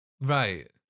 Right